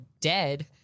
dead